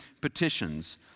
petitions